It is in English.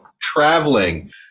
Traveling